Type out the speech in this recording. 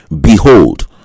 behold